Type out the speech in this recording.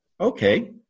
Okay